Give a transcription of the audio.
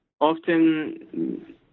Often